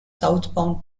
southbound